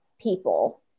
people